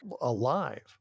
alive